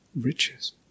Riches